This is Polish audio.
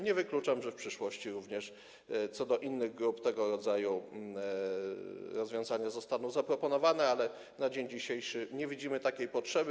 Nie wykluczam, że w przyszłości również co do innych grup tego rodzaju rozwiązania zostaną zaproponowane, ale na dzień dzisiejszy nie widzimy takiej potrzeby.